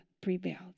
prevailed